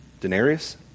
denarius